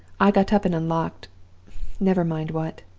i got up, and unlocked never mind what.